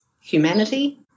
humanity